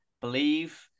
believe